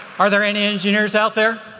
are there any engineers out there?